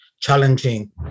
challenging